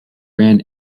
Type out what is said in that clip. ran